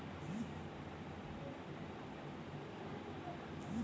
পাম গাহাচের পাম ফল থ্যাকে যে তেল পাউয়া যায়